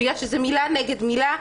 ויש איזה מילה נגד מילה.